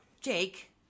Jake